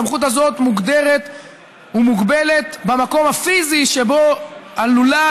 הסמכות הזאת מוגדרת ומוגבלת במקום הפיזי שבו עלולה